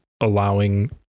allowing